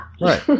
Right